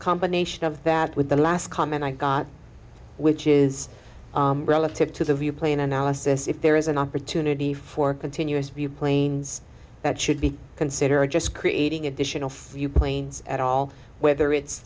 combination of that with the last comment i got which is relative to the view plane analysis if there is an opportunity for continuous view planes that should be considered just creating additional few planes at all whether it's